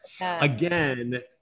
again